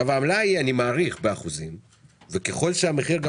אני מעריך שהעמלה היא באחוזים,